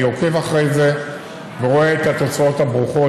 עוקב אחריו ורואה את התוצאות הברוכות,